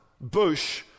Bush